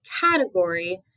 category